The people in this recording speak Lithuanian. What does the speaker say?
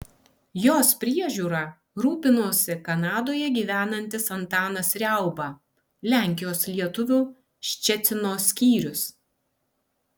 jos priežiūra rūpinosi kanadoje gyvenantis antanas riauba lenkijos lietuvių ščecino skyrius